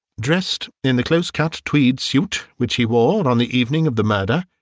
dressed in the close-cut tweed suit which he wore on the evening of the murder,